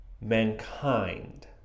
mankind